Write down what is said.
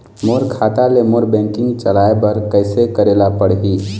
मोर खाता ले मोर बैंकिंग चलाए बर कइसे करेला पढ़ही?